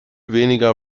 weniger